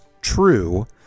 true